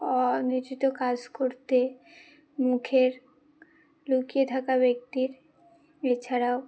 অনুচিত কাজ করতে মুখের লুকিয়ে থাকা ব্যক্তির এছাড়াও